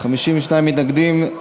52 מתנגדים,